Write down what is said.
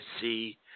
see